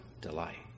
delight